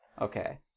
Okay